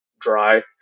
dry